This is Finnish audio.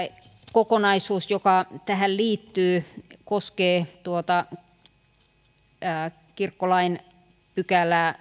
kokonaisuus joka tähän liittyy koskee kirkkolain sadattakahdeksatta pykälää